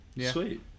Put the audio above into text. Sweet